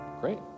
great